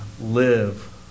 live